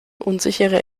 unsichere